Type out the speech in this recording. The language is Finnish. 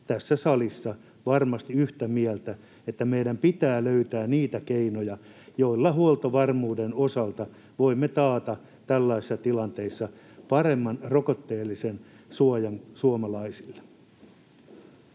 tässä salissa varmasti yhtä mieltä, että meidän pitää löytää niitä keinoja, joilla huoltovarmuuden osalta voimme taata tällaisissa tilanteissa paremman rokotteellisen suojan suomalaisille.